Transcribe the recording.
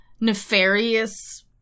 nefarious